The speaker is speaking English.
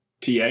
TA